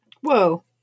Whoa